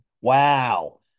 Wow